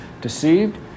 deceived